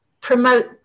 promote